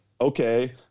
Okay